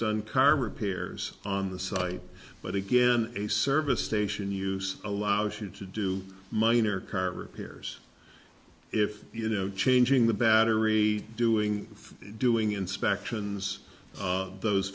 done car repairs on the site but again a service station use allows you to do minor car repairs if you know changing the battery doing doing inspections of those